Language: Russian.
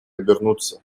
обернуться